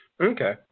Okay